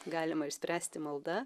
galima išspręsti malda